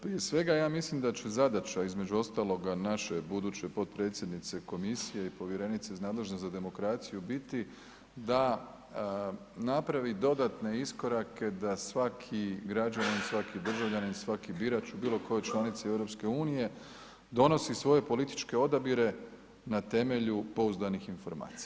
Prije svega ja mislim da će zadaća između ostaloga naše buduće potpredsjednice komisije i povjerenice iz nadležne za demokracije biti da napravi dodatne iskorake da svaki građanin, svaki državljanin, svaki birač u bilo kojoj članici EU donosi svoje političke odabire na temelju pouzdanih informacija.